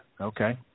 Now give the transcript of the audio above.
okay